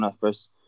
first